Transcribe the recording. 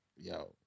Yo